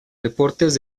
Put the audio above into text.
deportes